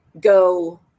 go